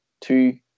two